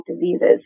diseases